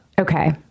Okay